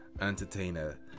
entertainer